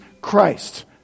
Christ